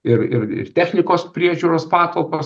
ir ir ir technikos priežiūros patalpas